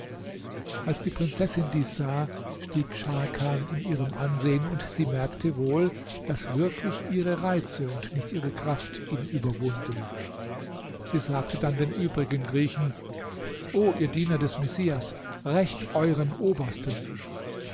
als die prinzessin dies sah stieg scharkan in ihrem ansehen und sie merkte wohl daß wirklich ihre reize und nicht ihre kraft ihn überwunden sie sagte dann den übrigen griechen o ihr diener des messias rächt euern obersten